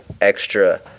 extra